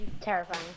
terrifying